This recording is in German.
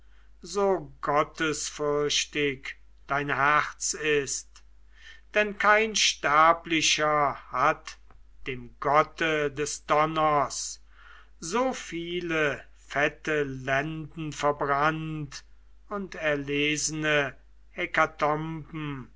so gottesfürchtig dein herz ist denn kein sterblicher hat dem gotte des donners so viele fette lenden verbrannt und erlesene